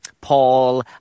Paul